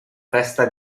festa